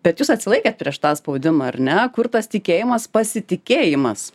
bet jūs atsilaikėt prieš tą spaudimą ar ne kur tas tikėjimas pasitikėjimas